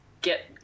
get